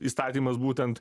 įstatymas būtent